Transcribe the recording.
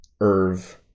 Irv